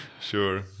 Sure